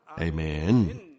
Amen